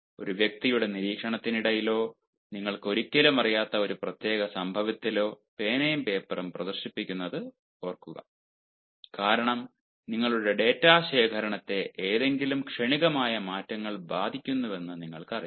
ഒരു വ്യക്തിയുടെ നിരീക്ഷണത്തിനിടയിലോ നിങ്ങൾക്ക് ഒരിക്കലും അറിയാത്ത ഒരു പ്രത്യേക സംഭവത്തിലോ പേനയും പേപ്പറും പ്രദർശിപ്പിക്കുന്നത് ഓർക്കുക കാരണം നിങ്ങളുടെ ഡാറ്റാ ശേഖരണത്തെ ഏതെങ്കിലും ക്ഷണികമായ മാറ്റങ്ങൾ ബാധിക്കുമെന്ന് നിങ്ങൾക്കറിയാം